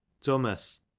Thomas